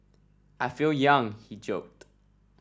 I feel young he joked